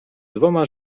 dwoma